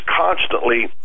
constantly